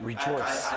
Rejoice